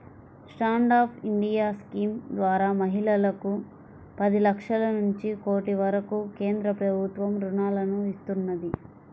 stand up India scheme ద్వారా మహిళలకు పది లక్షల నుంచి కోటి వరకు కేంద్ర ప్రభుత్వం రుణాలను ఇస్తున్నది